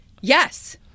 Yes